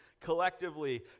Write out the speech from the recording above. collectively